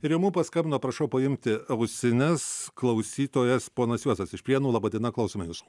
ir jau mum paskambino prašau paimti ausines klausytojas ponas juozas iš prienų laba diena klausome jūsų